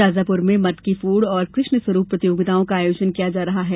शाजापुर में मटकीफोड और कृष्णस्वरूप प्रतियोगिताओं का आयोजन किया जा रहा है